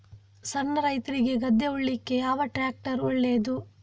ಸಣ್ಣ ರೈತ್ರಿಗೆ ಗದ್ದೆ ಉಳ್ಳಿಕೆ ಯಾವ ಟ್ರ್ಯಾಕ್ಟರ್ ಒಳ್ಳೆದು?